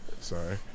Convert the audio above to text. Sorry